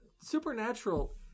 Supernatural